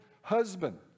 husband